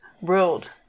world